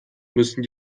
müssen